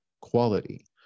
quality